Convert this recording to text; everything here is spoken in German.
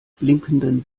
blinkenden